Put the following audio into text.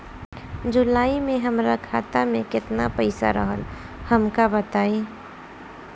जुलाई में हमरा खाता में केतना पईसा रहल हमका बताई?